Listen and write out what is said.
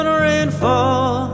rainfall